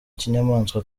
kinyamaswa